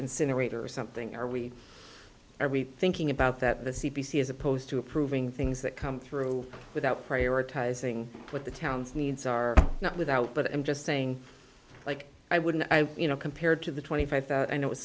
incinerator or something are we are we thinking about that the c b c is opposed to approving things that come through without prioritizing what the towns needs are not without but i'm just saying like i wouldn't you know compared to the twenty five thousand it was